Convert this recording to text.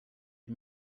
had